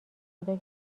خدا